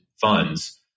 funds